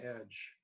edge